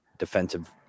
defensive